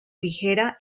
ligera